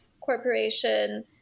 corporation